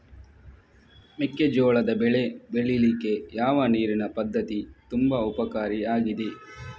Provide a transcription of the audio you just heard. ಮೆಕ್ಕೆಜೋಳದ ಬೆಳೆ ಬೆಳೀಲಿಕ್ಕೆ ಯಾವ ನೀರಿನ ಪದ್ಧತಿ ತುಂಬಾ ಉಪಕಾರಿ ಆಗಿದೆ?